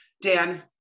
Dan